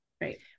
Right